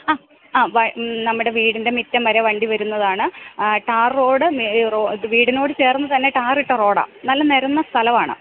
ആ ആ നമ്മുടെ വീടിൻ്റെ മുറ്റം വരെ വണ്ടി വരുന്നതാണ് ടാർ റോഡ് വീടിനോടു ചേർന്നു തന്നെ ടാറിട്ട റോഡാണ് നല്ല നിരന്ന സ്ഥലമാണ്